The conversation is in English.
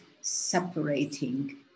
separating